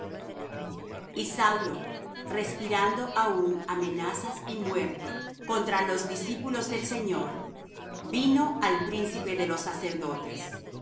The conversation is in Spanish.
saulo respirando aún amenazas y muerte contra los discípulos del señor vino al príncipe de los sacerdotes y demandó de